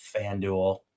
FanDuel